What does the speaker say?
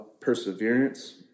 perseverance